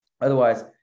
Otherwise